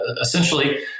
essentially